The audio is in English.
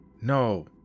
No